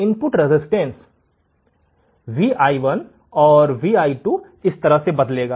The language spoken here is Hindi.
इनपुट रेजिस्टेंस vI1 और vI2 इस तरह से बदलेगा